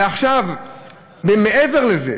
מעבר לזה,